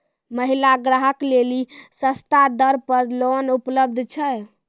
महिला ग्राहक लेली सस्ता दर पर लोन उपलब्ध छै?